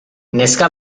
neska